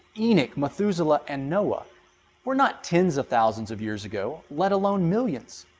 enoch, methuselah, and noah were not tens of thousands of years ago let alone millions.